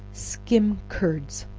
skim curds.